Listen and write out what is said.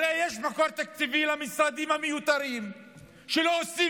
הרי יש מקור תקציבי למשרדים המיותרים שלא עושים